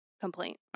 complaint